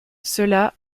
cela